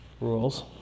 rules